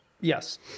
Yes